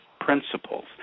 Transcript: principles